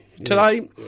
Today